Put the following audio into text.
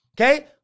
okay